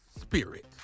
Spirit